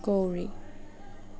Gauri